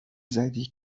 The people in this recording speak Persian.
زدی